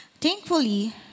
Thankfully